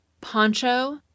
poncho